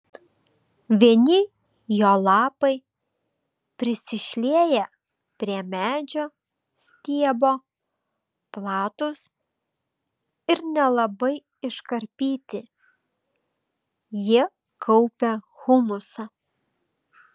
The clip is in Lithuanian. vieni jo lapai prisišlieję prie medžio stiebo platūs ir nelabai iškarpyti jie kaupia humusą